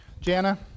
Jana